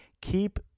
keep